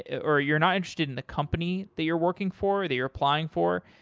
or you're not interested in the company that you're working for, that you're applying for,